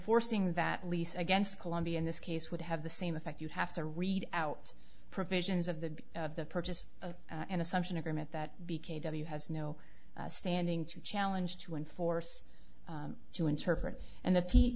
forcing that lease against colombia in this case would have the same effect you have to read out provisions of the of the purchase of an assumption agreement that b k w has no standing to challenge to enforce to interpret and the